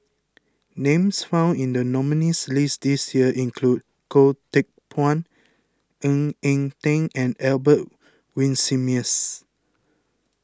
names found in the nominees' list this year include Goh Teck Phuan Ng Eng Teng and Albert Winsemius